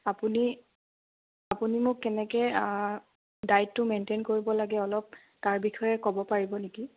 আপুনি আপুনি মোক কেনেকৈ ডায়টটো মেইনটেইন কৰিব লাগে অলপ তাৰ বিষয়ে ক'ব পাৰিব নেকি